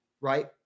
Right